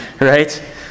right